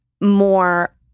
more